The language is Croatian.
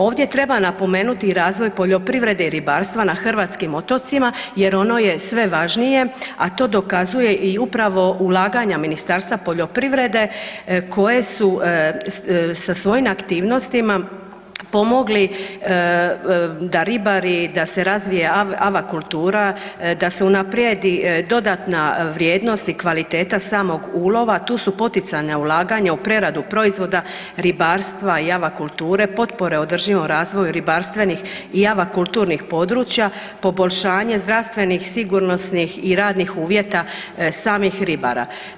Ovdje treba napomenuti i razvoj poljoprivrede i ribarstva na hrvatskim otocima jer ono je sve važnije, a to dokazuje i ulaganja Ministarstva poljoprivrede koje su sa svojim aktivnostima pomogli da ribari da se razvije ava kultura, da se unaprijedi dodatna vrijednost i kvaliteta samog ulova, tu su poticanja ulaganja u preradu proizvoda, ribarstva i ava kulture, potpore održivom razvoju ribarstvenih i ava kulturnih područja, poboljšanje zdravstvenih, sigurnosnih i radnih uvjeta samih ribara.